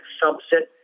subset